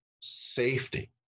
safety